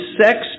sex